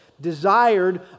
desired